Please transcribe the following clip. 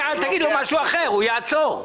אם תגידו משהו אחר הוא יעצור.